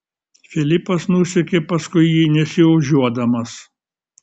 filipas nusekė paskui jį nesiožiuodamas